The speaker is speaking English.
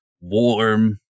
warm